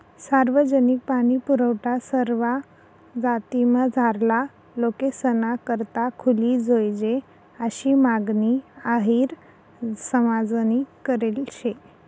सार्वजनिक पाणीपुरवठा सरवा जातीमझारला लोकेसना करता खुली जोयजे आशी मागणी अहिर समाजनी करेल शे